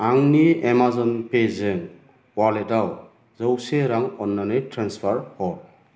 आंनि एमाजन पेजों वालेटाव जौसे रां अन्नानै ट्रेन्सफार हर